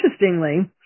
interestingly